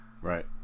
right